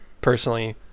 personally